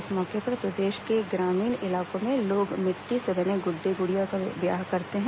इस मौके पर प्रदेश के ग्रामीण इलाकों में लोग मिट्टी से बने गुड्डे गुड़ियों का ब्याह रचाते हैं